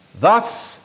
Thus